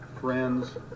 friends